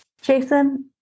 Jason